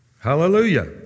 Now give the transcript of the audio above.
Hallelujah